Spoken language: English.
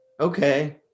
okay